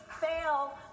fail